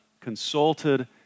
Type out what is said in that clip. consulted